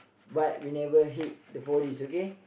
but we never hit the four D okay